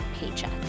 paycheck